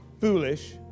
foolish